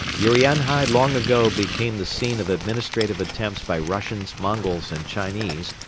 urianhai long ago became the scene of administrative attempts by russians mongols and chinese,